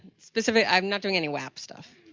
specifically, i'm not doing any wap stuff.